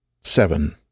Seven